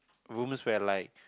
rooms where like